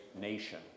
nation